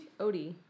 Odie